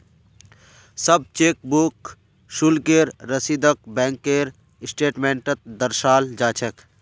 सब चेकबुक शुल्केर रसीदक बैंकेर स्टेटमेन्टत दर्शाल जा छेक